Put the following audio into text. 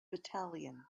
battalion